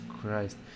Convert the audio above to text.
Christ